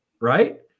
right